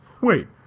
Wait